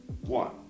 one